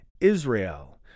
Israel